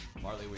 Marley